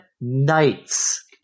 nights